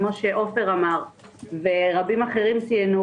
כפי שעופר אמר ואחרים רבים ציינו,